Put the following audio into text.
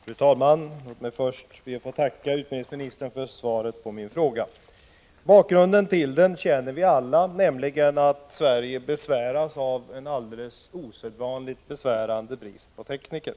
Fru talman! Först ber jag att få tacka utbildningsministern för svaret på min fråga. Bakgrunden till denna känner vi alla till, nämligen att Sverige dras med en alldeles osedvanligt besvärande brist på tekniker.